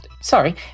Sorry